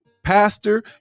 Pastor